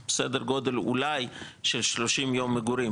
סדר גודל אולי של 30 יום מגורים.